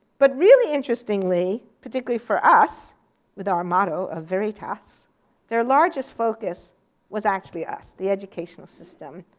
but really interestingly, particularly for us with our motto of veritas, their largest focus was actually us, the educational system,